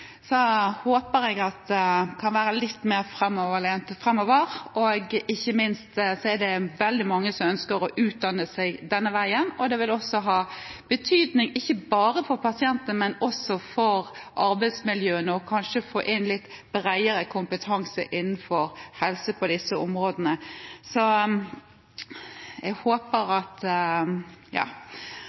håper jeg at man kan være litt mer framoverlent framover. Det er ikke minst veldig mange som ønsker å utdanne seg denne veien, og kanskje det å få inn litt bredere kompetanse innenfor helse på disse områdene vil ha betydning ikke bare for pasientene, men også for arbeidsmiljøene. Jeg håper det kommer litt større engasjement når det gjelder bruk av musikkterapi, og så